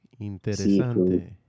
interesante